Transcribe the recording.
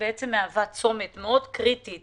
שמהווה צומת קריטית